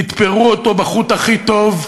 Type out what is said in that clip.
יתפרו אותו בחוט הכי טוב,